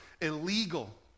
illegal